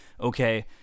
okay